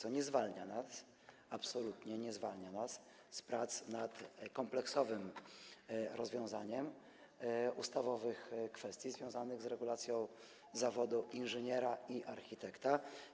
To absolutnie nie zwalnia nas z prac nad kompleksowym rozwiązaniem ustawowych kwestii związanych z regulacją zawodów inżyniera i architekta.